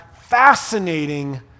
fascinating